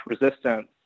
resistance